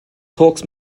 talks